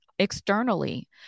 externally